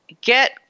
get